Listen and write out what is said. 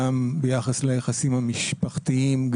גם ביחס ליחסים המשפחתיים,